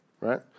Right